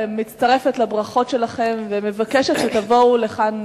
מצטרפת לברכות שלכם ומבקשת שתבואו לכאן,